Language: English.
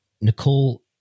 Nicole